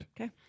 Okay